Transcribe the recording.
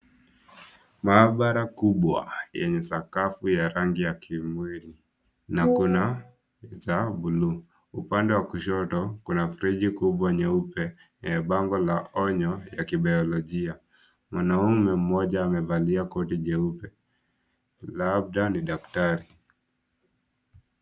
Maabara kubwa, yenye sakafu ya rangi ya kimwili na kuna za buluu. Upande wa kushoto, kuna friji kubwa nyeupe yenye bango la onyo, ya kibiolojia. Mwanaume mmoja amevalia koti jeupe, labda ni daktari.